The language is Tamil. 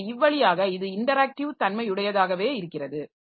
எனவே இவ்வழியாக இது இன்டராக்டிவ் தன்மையுடையதாகவே இருக்கிறது